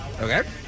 Okay